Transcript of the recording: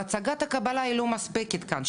"בהצגת הקבלה" היא לא מספקת כאן.